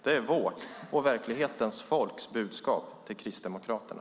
Det är vårt och verklighetens folks budskap till Kristdemokraterna.